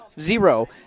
zero